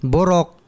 Borok